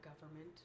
government